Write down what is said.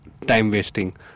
time-wasting